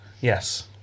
Yes